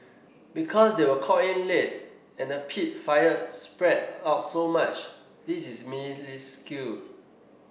because they were called in late and the peat fire spread out so much this is minuscule